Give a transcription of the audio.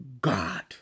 God